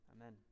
amen